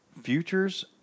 Futures